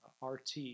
RT